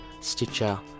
stitcher